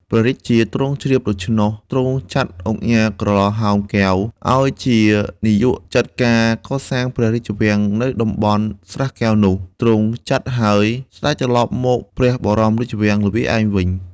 ព្រះរាជាទ្រង់ជ្រាបដូច្នោះ ទ្រង់ចាត់ឧកញ៉ាក្រឡាហោម កែវ ឲ្យជានាយកចាត់ការកសាងព្រះរាជវាំងនៅតំបន់ស្រះកែវនោះ ទ្រង់ចាត់ហើយ ស្ដេចត្រឡប់មកព្រះបរមរាជវាំងល្វាឯមវិញ ។